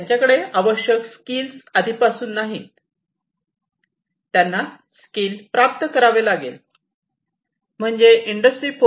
त्यांच्याकडे आवश्यक स्कील आधीपासूनच नाहीत त्यांना स्कील प्राप्त करावे लागेल म्हणजे इंडस्ट्री 4